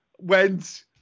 went